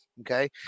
Okay